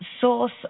source